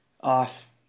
Off